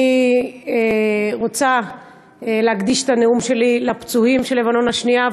אני רוצה להקדיש את הנאום שלי לפצועים של מלחמת לבנון השנייה,